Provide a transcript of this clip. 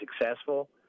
successful